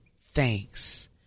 thanks